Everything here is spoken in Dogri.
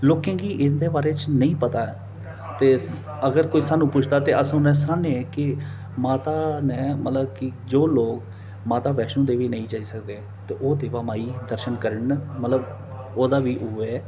लोकें गी इं'दे बारे च किश नेईं पता ऐ ते अगर कोई स्हानू पुछदा ऐ ते अस उसी सनान्ने कि माता ने मतलब कि जो लोग माता वैष्णो देवी नेईं जाई सकदे ओह् देबा माई 'दर्शन करगन मतलब ओह्दा बी उ'ऐ